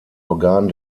organ